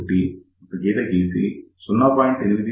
81 ఒక గీత గీసి 0